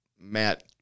Matt